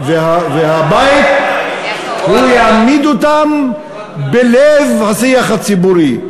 והבית, הוא יעמיד אותם בלב השיח הציבורי.